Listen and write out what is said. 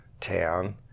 town